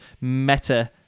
meta